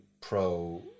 pro